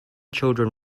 children